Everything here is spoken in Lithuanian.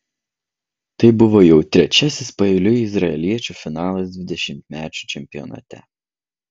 tai buvo jau trečiasis paeiliui izraeliečių finalas dvidešimtmečių čempionate